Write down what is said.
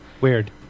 Weird